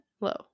Low